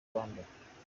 rwanda